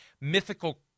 mythical